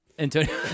Antonio